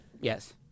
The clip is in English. Yes